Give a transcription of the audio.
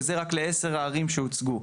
וזה רק לעשר הערים שהוצגו.